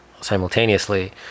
simultaneously